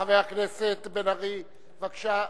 חבר הכנסת מיכאל בן-ארי, בבקשה.